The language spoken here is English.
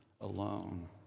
alone